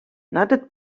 надад